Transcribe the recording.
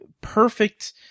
perfect